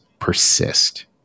persist